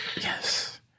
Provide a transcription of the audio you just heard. Yes